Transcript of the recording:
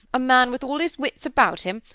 a man with all his wits about him,